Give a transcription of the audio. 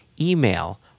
email